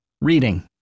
reading